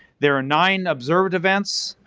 there are nine observed events,